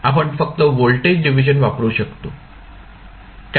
आपण फक्त voltage division वापरू शकतो